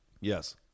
Yes